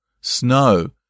snow